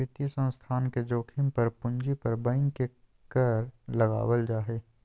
वित्तीय संस्थान के जोखिम पर पूंजी पर बैंक के कर लगावल जा हय